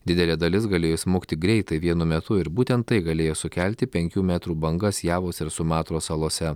didelė dalis galėjo įsmukti greitai vienu metu ir būtent tai galėjo sukelti penkių metrų bangas javos ir sumatros salose